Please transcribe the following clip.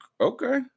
okay